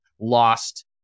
lost